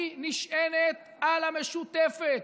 היא נשענת על המשותפת,